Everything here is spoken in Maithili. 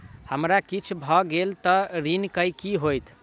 हमरा किछ भऽ गेल तऽ ऋण केँ की होइत?